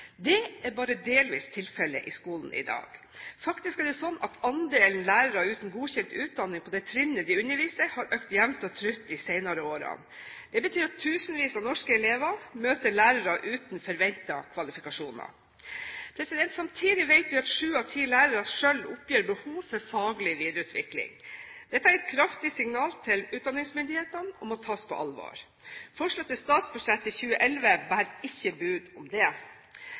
Det er bare delvis tilfelle i skolen i dag. Faktisk er det slik at andelen lærere uten godkjent utdanning for det trinnet de underviser, har økt jevnt og trutt de senere årene. Det betyr at tusenvis av norske elever møter lærere uten forventede kvalifikasjoner. Samtidig vet vi at sju av ti lærere selv oppgir behov for faglig videreutvikling. Dette er et kraftig signal til utdanningsmyndighetene, og må tas på alvor. Forslag til statsbudsjett i 2011 bærer ikke bud om det. Det synes å være full enighet om lærerens betydning, og det